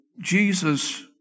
Jesus